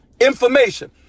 information